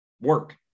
work